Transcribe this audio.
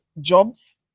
jobs